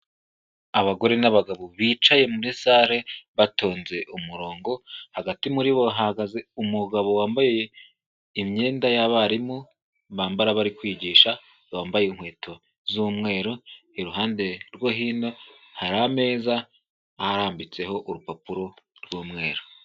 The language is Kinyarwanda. Abagore n'abagabo bicaye muri sale batonze umurongo, hagati muri bo hahagaze umugabo wambaye imyenda y'abarimu bambara bari kwigisha, wambaye inkweto z'umweru, iruhande rwo hino hari ameza arambitseho urupapuro rw'umweru.